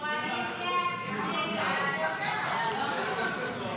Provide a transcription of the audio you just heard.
ההסתייגות לא התקבלה.